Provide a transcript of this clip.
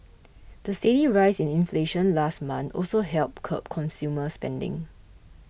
the steady rise in inflation last month also helped curb consumer spending